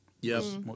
Yes